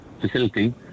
facility